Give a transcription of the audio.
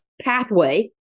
pathway